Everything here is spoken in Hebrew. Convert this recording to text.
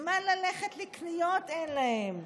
זמן ללכת לקניות אין להם,